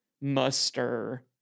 muster